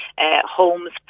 homes